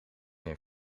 een